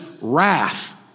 wrath